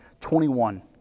21